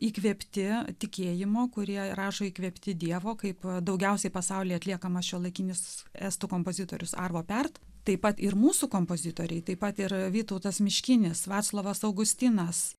įkvėpti tikėjimo kurie rašo įkvėpti dievo kaip daugiausiai pasaulyje atliekama šiuolaikinis estų kompozitorius alvo pert taip pat ir mūsų kompozitoriai taip pat yra vytautas miškinis vaclovas augustinas